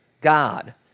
God